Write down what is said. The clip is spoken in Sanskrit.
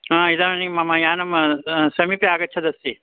हा इदानीं मम यानं समीपे आगच्छनस्ति